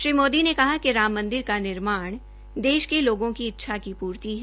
श्री मोदी ने कहा कि राम मंदिर का निर्माण देश के लोगों की इच्छा की पूर्ति है